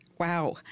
Wow